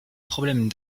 problèmes